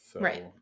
Right